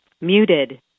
Muted